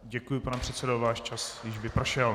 Děkuji, pane předsedo, váš čas již vypršel.